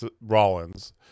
Rollins